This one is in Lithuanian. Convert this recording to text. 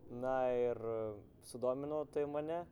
na ir sudomino tai mane